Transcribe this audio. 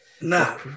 No